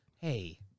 Hey